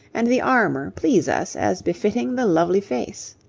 and the armour please us as befitting the lovely face.